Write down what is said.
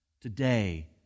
Today